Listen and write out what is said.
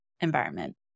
environment